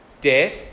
death